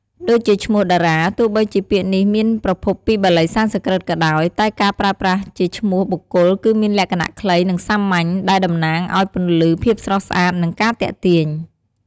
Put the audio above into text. ដូចជាឈ្មោះតារា ទោះបីជាពាក្យនេះមានប្រភពពីបាលីសំស្ក្រឹតក៏ដោយ តែការប្រើប្រាស់ជាឈ្មោះបុគ្គលគឺមានលក្ខណៈខ្លី និងសាមញ្ញ ដែលតំណាងឲ្យពន្លឺ ភាពស្រស់ស្អាត និងការទាក់ទាញ។